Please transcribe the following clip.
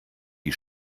die